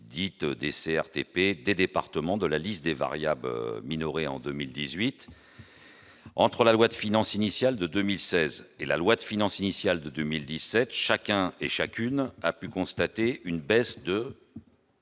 dite DCRTP, des départements de la liste des variables minorées en 2018. Entre la loi de finances initiale pour 2016 et la loi de finances initiale pour 2017, chacun a pu constater une baisse de